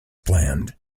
planned